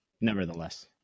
nevertheless